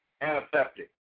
antiseptic